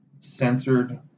censored